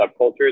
subcultures